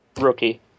Rookie